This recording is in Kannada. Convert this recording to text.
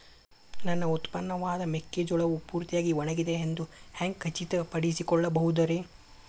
ನನ್ನ ಉತ್ಪನ್ನವಾದ ಮೆಕ್ಕೆಜೋಳವು ಪೂರ್ತಿಯಾಗಿ ಒಣಗಿದೆ ಎಂದು ಹ್ಯಾಂಗ ಖಚಿತ ಪಡಿಸಿಕೊಳ್ಳಬಹುದರೇ?